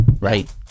right